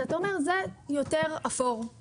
אתה אומר שזה יותר אפור,